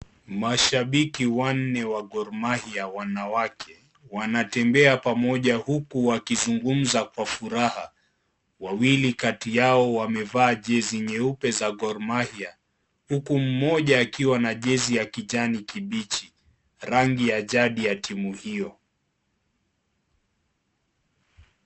Mashabiki wanne wa Gor mahia wanawake wanatembea pamoja huku wakizungumza kwa furaha. Wawili kati yao wamevaa jesi nyeupe za Gor mahia huku mmoja akiwa na jesi ya kijani kibichi, rangi ya jadi ya timu hiyo.